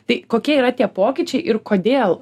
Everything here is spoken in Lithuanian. tai kokie yra tie pokyčiai ir kodėl